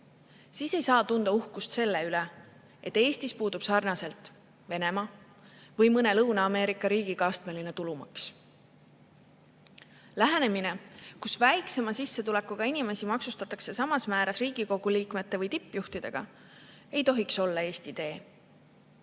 siis ei saa tunda uhkust selle üle, et Eestis puudub sarnaselt Venemaa või mõne Lõuna-Ameerika riigiga astmeline tulumaks. Lähenemine, kus väiksema sissetulekuga inimesi maksustatakse samas määras Riigikogu liikmete või tippjuhtidega, ei tohiks olla Eesti tee.